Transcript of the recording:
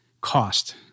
cost